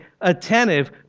attentive